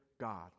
God